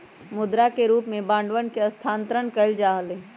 मुद्रा के रूप में बांडवन के स्थानांतरण कइल जा हलय